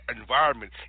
environment